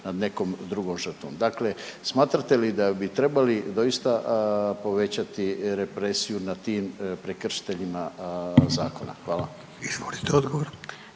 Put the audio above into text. nad nekom drugom žrtvom. Dakle, smatrate li da bi trebali doista povećati represiju nad tim prekršiteljima zakona. Hvala. **Radin, Furio